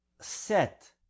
set